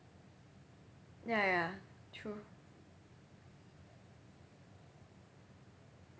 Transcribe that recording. ya ya true